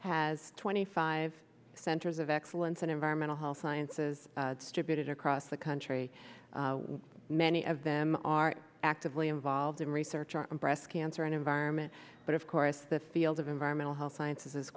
has twenty five centers of excellence in environmental health sciences stupid across the country many of them are actively involved in research on breast cancer and environment but of course the field of environmental health sciences